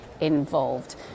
involved